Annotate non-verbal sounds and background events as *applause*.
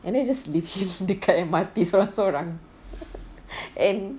and I just leave him *laughs* dekat M_R_T seorang seorang and